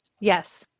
Yes